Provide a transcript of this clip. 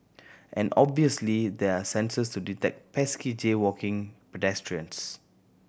and obviously there are sensors to detect pesky jaywalking pedestrians